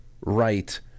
right